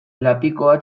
lapikoa